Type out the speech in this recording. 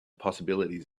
possibilities